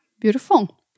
Beautiful